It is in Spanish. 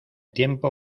tiempo